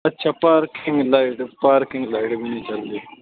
اچھا parking light parking light بھی نہیں چل رہی